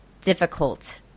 difficult